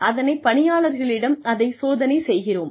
அதனை பணியாளர்களிடம் அதைச் சோதனை செய்கிறோம்